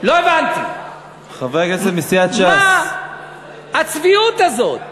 לא הבנתי מה הצביעות הזאת.